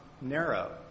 narrow